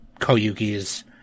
Koyuki's